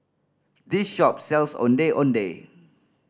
this shop sells Ondeh Ondeh